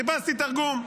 חיפשתי תרגום.